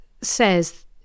says